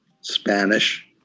Spanish